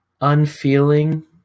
unfeeling